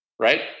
Right